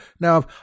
Now